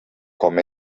com